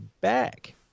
back